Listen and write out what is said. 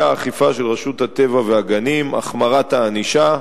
האכיפה של רשות הטבע והגנים: החמרת הענישה,